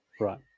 Right